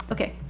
Okay